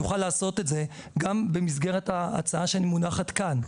יוכל לעשות את זה גם במסגרת ההצעה שמונחת כאן.